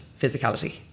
physicality